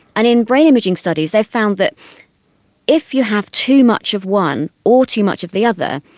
and in brain imaging studies they've found that if you have too much of one or too much of the other,